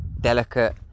delicate